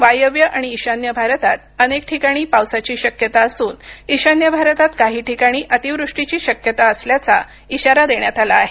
वायव्य आणि ईशान्य भारतात अनेक ठिकाणी पावसाची शक्यता असून ईशान्य भारतात काही ठिकाणी अती वृष्टीची शक्यता असल्याचा इशारा देण्यात आला आहे